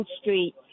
Street